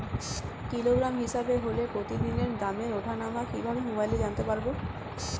Kilogram হিসাবে হলে প্রতিদিনের দামের ওঠানামা কিভাবে মোবাইলে জানতে পারবো?